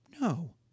No